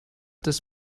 this